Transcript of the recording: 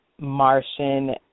Martian